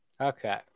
Okay